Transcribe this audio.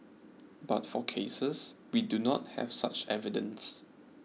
but for cases we do not have such evidence